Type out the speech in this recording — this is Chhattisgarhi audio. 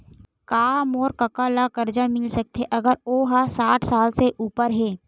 का मोर कका ला कर्जा मिल सकथे अगर ओ हा साठ साल से उपर हे?